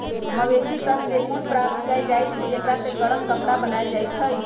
मवेशि सभ से ऊन प्राप्त कएल जाइ छइ जेकरा से गरम कपरा बनाएल जाइ छइ